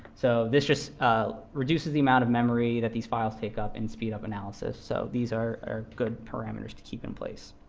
so this just reduces the amount of memory that these files take up, and speed up analysis. so these are good parameters to keep in place.